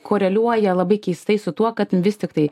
koreliuoja labai keistai su tuo kad vis tiktai